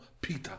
Peter